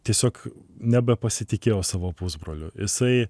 tiesiog nebepasitikėjo savo pusbroliu jisai